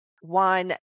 One